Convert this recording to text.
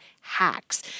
hacks